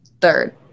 third